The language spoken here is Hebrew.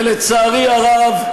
ולצערי הרב,